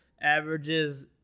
averages